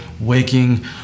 waking